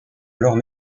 alors